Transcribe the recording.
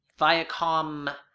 Viacom